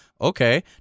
Okay